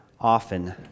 often